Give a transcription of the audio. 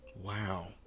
Wow